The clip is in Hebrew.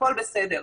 הכול בסדר.